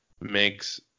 makes